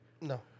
No